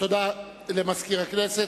תודה למזכיר הכנסת.